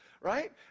Right